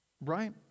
Right